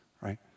right